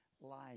Life